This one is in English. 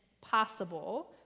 possible